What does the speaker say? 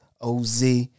OZ